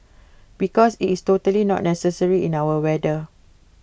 because IT is totally not necessary in our weather